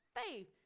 faith